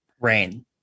Rain